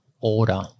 order